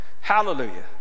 Hallelujah